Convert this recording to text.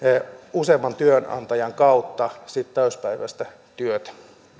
useamman työnantajan kautta sitten täyspäiväistä työtä